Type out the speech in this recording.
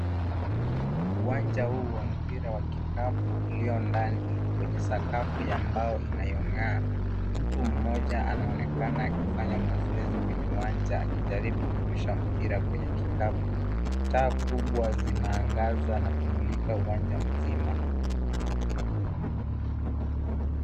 Uwanja huu wa mpira wa kikapu uliondani wenye sakafu ya mbao inayong'aa. Mtu moja anaonekana akifanya mazoezi kwenye uwanja akijaribu kurusha mpira kwenye kikapu. Taa kubwa zinaangaza na kumulika uwanja mzima.